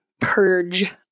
purge